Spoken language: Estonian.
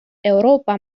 euroopa